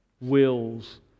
wills